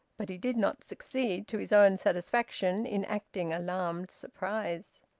but he did not succeed to his own satisfaction in acting alarmed surprise.